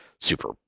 super